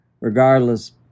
Regardless